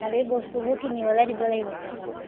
খালী বস্তুবোৰ কিনিবলৈ দিব লাগিব চাগৈ পইচা